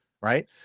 right